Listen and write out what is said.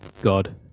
God